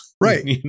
Right